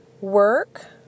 work